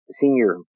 Senior